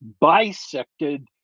bisected